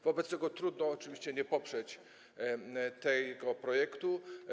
Wobec tego trudno oczywiście nie poprzeć tego projektu.